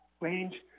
range